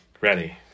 Ready